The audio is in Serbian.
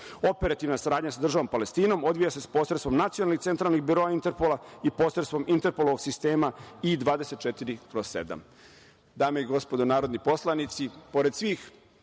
svrhu. Operativna saradnja sa državom Palestinom odvija se posredstvom Nacionalnih centralnih biroa Interpola i posredstvom Interpolovog sistema I-24/7.Dame i gospodo narodni poslanici, pored svih